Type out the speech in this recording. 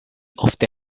ofte